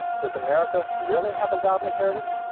does america really have a godly heritage?